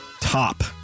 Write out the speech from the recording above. top